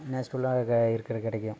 நேச்சுரலாக க இருக்குறது கிடைக்கும்